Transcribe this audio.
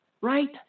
Right